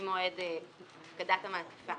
ותפקיד.